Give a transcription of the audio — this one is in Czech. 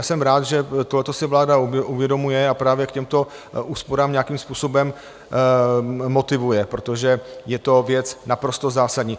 Jsem rád, že tohle si vláda uvědomuje, a právě k těmto úsporám nějakým způsobem motivuje, protože je to věc naprosto zásadní.